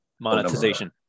monetization